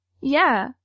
Yeah